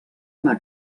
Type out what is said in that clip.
anà